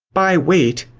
by weight,